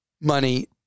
money